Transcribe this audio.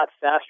faster